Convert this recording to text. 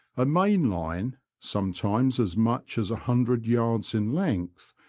a main line, sometimes as much as a hundred yards in length,